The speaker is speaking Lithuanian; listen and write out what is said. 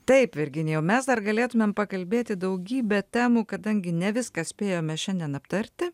taip virginijau mes dar galėtumėm pakalbėti daugybe temų kadangi ne viską spėjome šiandien aptarti